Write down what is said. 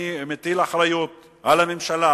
אני מטיל אחריות על הממשלה,